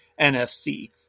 NFC